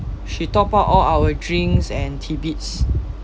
she top up all our drinks and tidbits